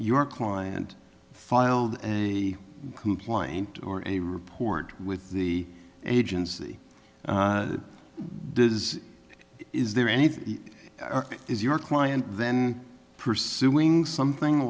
your client filed a complaint or a report with the agency is is there anything is your client then pursuing something